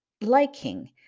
liking